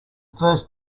first